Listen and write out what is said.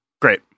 Great